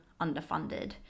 underfunded